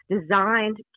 designed